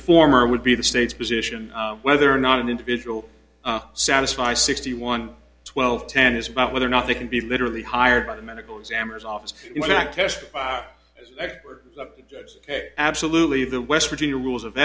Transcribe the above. former would be the state's position whether or not an individual satisfy sixty one twelve ten is about whether or not they can be literally hired by the medical examiner's office in fact yes absolutely the west virginia rules of